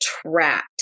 trapped